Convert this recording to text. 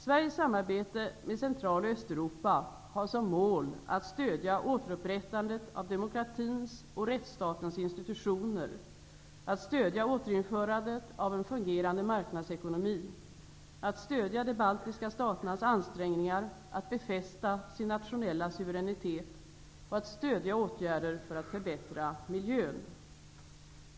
Sveriges samarbete med Central och Östeuropa har som mål att stödja återupprättandet av demokratins och rättsstatens institutioner, att stödja återinförandet av en fungerande marknadsekonomi, att stödja de baltiska staternas ansträngningar att befästa sin nationella suveränitet och att stödja åtgärder för att förbättra miljön.